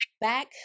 back